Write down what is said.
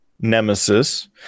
Nemesis